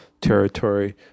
territory